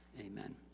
Amen